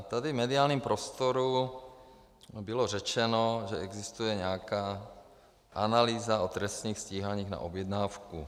Tady v mediálním prostoru bylo řečeno, že existuje nějaká analýza o trestních stíháních na objednávku.